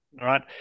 Right